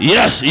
Yes